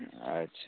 आच्छा